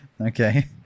Okay